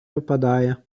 опадає